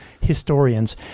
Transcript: historians